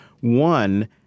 One